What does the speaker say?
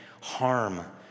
harm